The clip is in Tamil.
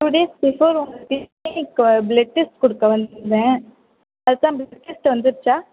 டூ டேஸ் பிஃபோர் உங்கள் கிளீனிக்கு ப்லெட் டெஸ்ட் கொடுக்க வந்துயிருந்தன் அது தான் ப்லெட் டெஸ்ட் வந்துருச்சா